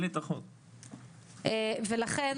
ולכן